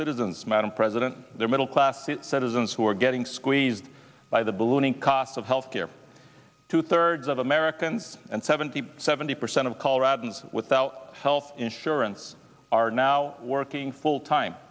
citizens madam president they're middle class citizens who are getting squeezed by the ballooning cost of health care two thirds of americans and seventy seventy percent of coloradoans without health insurance are now working full time